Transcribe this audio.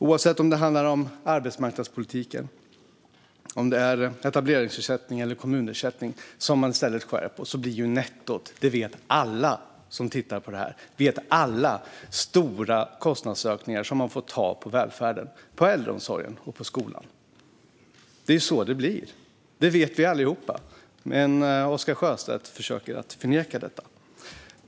Oavsett om det handlar om arbetsmarknadspolitiken eller om att skära ned på etableringsersättningen eller kommunersättningen blir nettot - det vet alla som tittar på det här - stora kostnadsökningar som man får finansiera genom att ta från välfärden, från äldreomsorgen och från skolan. Det är så det blir; det vet vi allihop. Men Oscar Sjöstedt försöker att förneka detta.